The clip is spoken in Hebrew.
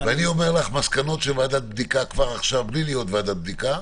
ואני אומר לך מסקנות של ועדת בדיקה בלי להיות ועדת בדיקה,